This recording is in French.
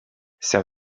saint